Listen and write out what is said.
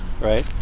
right